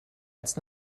als